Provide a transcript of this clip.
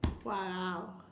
!walao!